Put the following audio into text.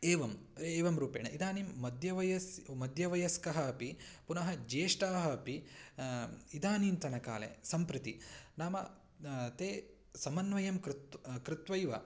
एवम् एवं रूपेण इदानीं मध्यवयस् मध्यवयस्कः अपि पुनः ज्येष्ठाः अपि इदानीन्तनकाले सम्प्रति नाम ते समन्वयं कृतं कृत्वैव